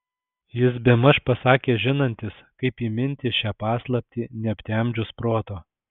jis bemaž pasakė žinantis kaip įminti šią paslaptį neaptemdžius proto